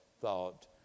thought